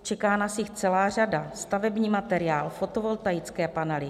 Čeká nás jich celá řada stavební materiál, fotovoltaické panely.